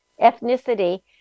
ethnicity